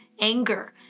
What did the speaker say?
anger